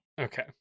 Okay